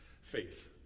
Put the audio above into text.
faith